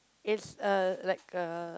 it's a like a